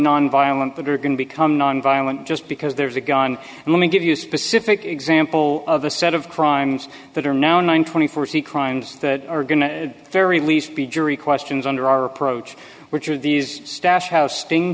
nonviolent the group can become nonviolent just because there's a gun and let me give you a specific example of a set of crimes that are now nine twenty forty crimes that are going to very least be jury questions under our approach which are these stash house stin